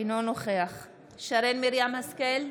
אינו נוכח שרן מרים השכל,